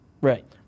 Right